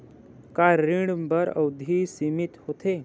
का ऋण बर अवधि सीमित होथे?